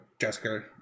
Jessica